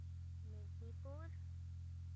Medinipur